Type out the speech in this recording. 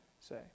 say